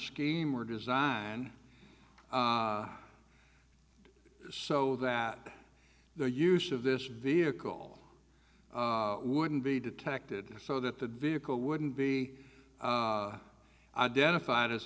scheme or design so that the use of this vehicle wouldn't be detected so that the vehicle wouldn't be identified as